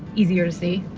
easier to see.